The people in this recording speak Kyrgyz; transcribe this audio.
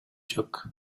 жок